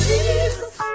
Jesus